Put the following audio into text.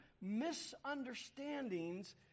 misunderstandings